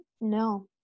no